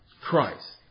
Christ